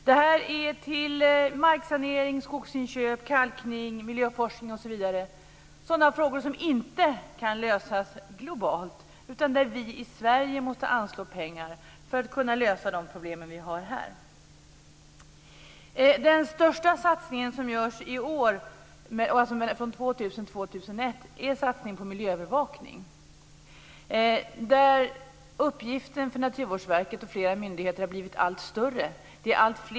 Dessa medel går till marksanering, skogsinköp, kalkning, miljöforskning osv. Det gäller frågor som inte kan lösas globalt. Sverige måste anslå pengar för att kunna lösa de problem som vi har här. Den största satsning som görs under åren 2000 2001 gäller miljöövervakning. Denna uppgift för Naturvårdsverket och flera andra myndigheter har blivit allt större.